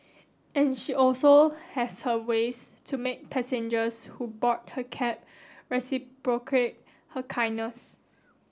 and she also has her ways to make passengers who board her cab reciprocate her kindness